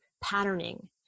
patterning